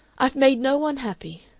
i've made no one happy.